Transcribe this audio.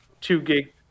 two-gig